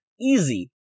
Easy